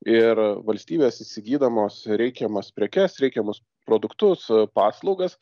ir valstybės įsigydamos reikiamas prekes reikiamus produktus paslaugas